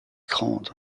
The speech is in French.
grande